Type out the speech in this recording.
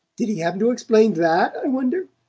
did he happen to explain that, i wonder?